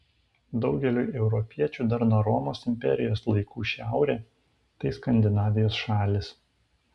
daugeliui europiečių dar nuo romos imperijos laikų šiaurė tai skandinavijos šalys